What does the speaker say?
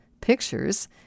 pictures